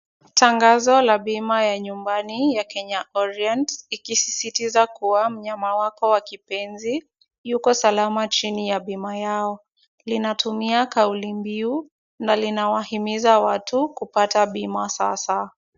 Tangazo la bima ya nyumbani ya Kenya Orient, ikisisitiza kuwa mnyama wako wa kipenzi yuko salama chini ya bima yao, linatumia kauli mbiu na linawahimiza watu kupata bima sasa.